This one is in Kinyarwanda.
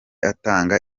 atanga